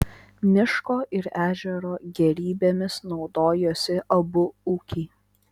miško ir ežero gėrybėmis naudojosi abu ūkiai